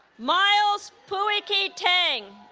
myles pui-kee tang